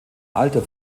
alter